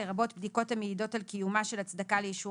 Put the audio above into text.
לרבות בדיקות המעידות על קיומה של הצדקה לאישור